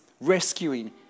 rescuing